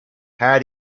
how